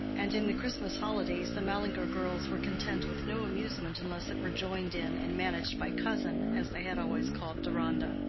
and in the christmas holidays the mallinger girls were content with no amusement unless it were joined in and managed by cousin, as they had always called deronda.